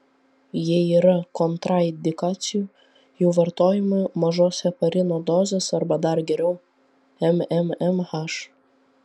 jei yra kontraindikacijų jų vartojimui mažos heparino dozės arba dar geriau mmmh